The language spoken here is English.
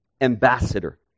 ambassador